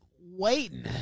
waiting